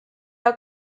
are